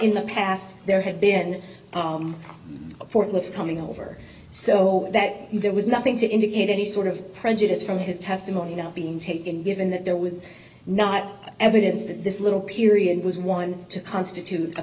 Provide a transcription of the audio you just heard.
in the past there had been a fortnight's coming over so that there was nothing to indicate any sort of prejudice from his testimony being taken given that there was not evidence that this little period was one to constitute a